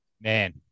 man